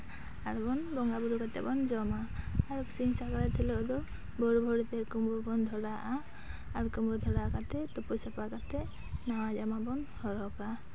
ᱟᱨ ᱵᱚᱱ ᱵᱚᱸᱜᱟ ᱵᱩᱨᱩ ᱠᱟᱛᱮ ᱵᱚᱱ ᱡᱚᱢᱟ ᱟᱨ ᱥᱤᱧ ᱥᱟᱠᱨᱟᱛ ᱦᱤᱞᱳᱜ ᱫᱚ ᱵᱷᱳᱨᱼᱵᱷᱳᱨ ᱛᱮ ᱠᱩᱸᱵᱟᱹ ᱨᱮᱵᱚᱱ ᱫᱷᱚᱨᱟᱣᱟᱜᱼᱟ ᱟᱨ ᱠᱩᱸᱵᱟᱹ ᱫᱷᱚᱨᱟᱣ ᱠᱟᱛᱮ ᱛᱩᱯᱩ ᱥᱟᱯᱷᱟ ᱠᱟᱛᱮ ᱱᱟᱣᱟ ᱡᱟᱢᱟ ᱵᱚᱱ ᱦᱚᱨᱚᱜᱟ